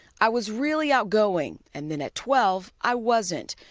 i was really outgoing, and then at twelve, i wasn't.